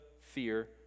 fear